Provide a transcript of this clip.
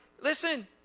Listen